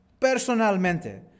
personalmente